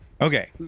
Okay